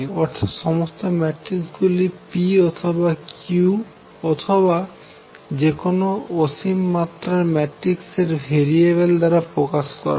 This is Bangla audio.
অর্থাৎ সমস্ত ম্যাট্রিক্স গুলি p অথবা q অথবা যেকোনো অসীম মাত্রার ম্যাট্রিক্স এর ভেরিয়েবল দ্বারা প্রকাশ করা হয়